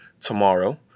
tomorrow